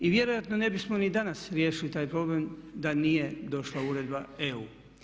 I vjerojatno ne bismo ni danas riješili taj problem da nije došla uredba EU.